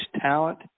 talent